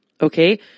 okay